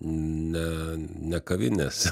ne ne kavinėse